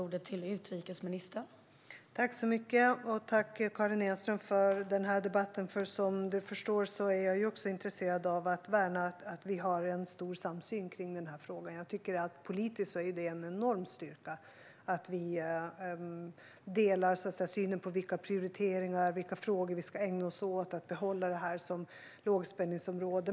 Fru talman! Tack, Karin Enström, för den här debatten! Som du förstår är jag också intresserad av att värna att vi har en stor samsyn om den här frågan. Politiskt är det en enorm styrka att vi delar synen på vilka prioriteringar vi ska ha och vilka frågor vi ska ägna oss åt för att behålla detta som ett lågspänningsområde.